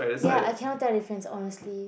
ya I cannot tell difference honestly